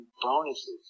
bonuses